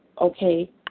okay